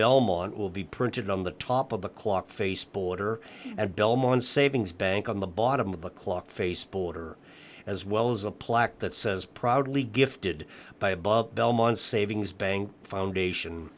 belmont will be printed on the top of the clock face border at belmont savings bank on the bottom of the clock face border as well as a plaque that says proudly gifted by a bob belmont savings bank foundation